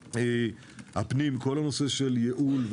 כל הנושא של ייעול,